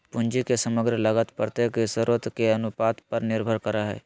पूंजी के समग्र लागत प्रत्येक स्रोत के अनुपात पर निर्भर करय हइ